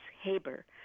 Haber